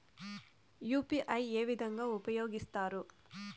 UPI ఏ విధంగా ఉపయోగిస్తారు?